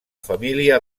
família